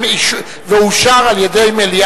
מי נגד?